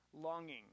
longing